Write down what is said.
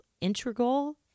integral